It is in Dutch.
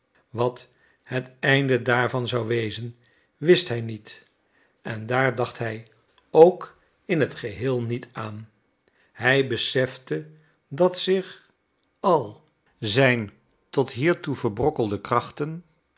wat het einde daarvan zou wezen wist hij niet en daar dacht hij ook in het geheel niet aan hij besefte dat zich al zijn tot hiertoe verbrokkelde krachten